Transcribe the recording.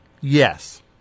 Yes